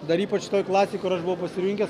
dar ypač toj klasėj kur aš buvau pasirinkęs